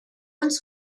uns